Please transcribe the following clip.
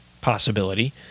possibility